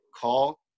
call